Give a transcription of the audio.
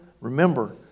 remember